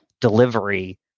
delivery